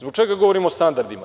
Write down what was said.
Zbog čega govorim o standardima?